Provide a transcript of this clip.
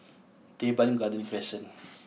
Teban Garden Crescent